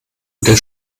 der